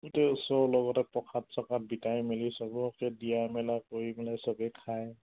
গোটেই ওচৰৰ লগতে প্ৰসাদ চসাদ বিতাই মেলি সবকে দিয়া মেলা কৰি পেলাই সবে খায়